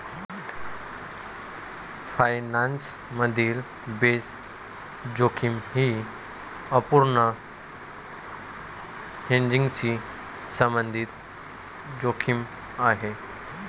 finance मधील base जोखीम ही अपूर्ण हेजिंगशी संबंधित जोखीम आहे